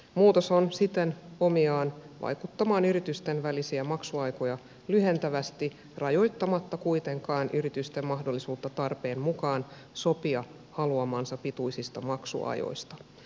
muutos on siten omiaan vaikuttamaan yritysten välisiä maksuaikoja lyhentävästi rajoittamatta kuitenkaan yritysten mahdollisuutta tarpeen mukaan sopia haluamansa pituisista maksuajoista